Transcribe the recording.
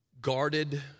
guarded